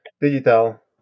Digital